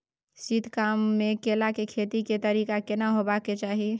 शीत काल म केला के खेती के तरीका केना होबय के चाही?